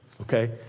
okay